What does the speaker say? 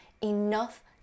enough